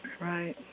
Right